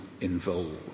involved